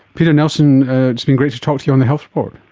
peter nelson, it's been great to talk to you on the health report.